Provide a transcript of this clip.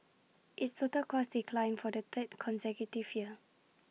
its total costs declined for the third consecutive year